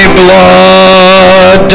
blood